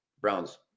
Browns